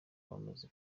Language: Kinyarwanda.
yamaze